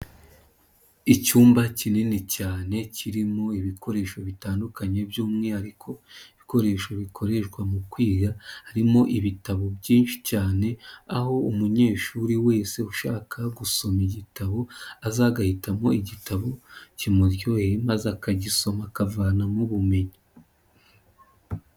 lcyumba kinini cyane kirimo ibikoresho bitandukanye ,by'umwihariko ibikoresho bikoreshwa mu kwiga ,harimo ibitabo byinshi cyane. Aho umunyeshuri wese ushaka gusoma igitabo ,aza agahitamo igitabo kimuryoheye maze ,akagisoma akavanamo ubumenyi.